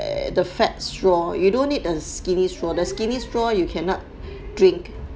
err the fat straw you don't need a skinny straw the skinny straw you cannot drink